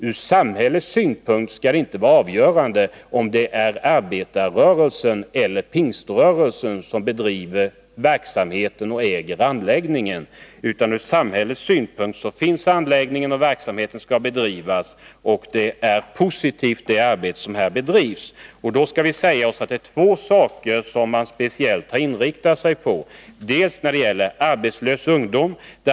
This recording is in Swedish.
Ur samhällets synpunkt skall det inte vara avgörande om det är arbetarrörelsen eller Pingströrelsen som bedriver verksamheten och äger anläggningen, utan ur samhällets synpunkt finns anläggningen, och verksamheten skall bedrivas. Det arbete som nu bedrivs är ur samhällets synpunkt mycket positivt. Det är två saker som den nye huvudmannen speciellt har inriktat sig på i Viebäck. Det gäller arbetslös ungdom.